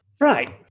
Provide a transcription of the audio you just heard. right